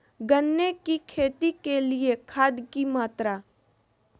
गन्ने की खेती के लिए खाद की मात्रा?